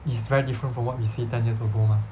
is very different from what we see ten years ago mah